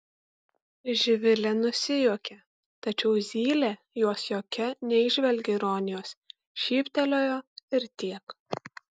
živilė nusijuokė tačiau zylė jos juoke neįžvelgė ironijos šyptelėjo ir tiek